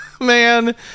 Man